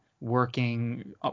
working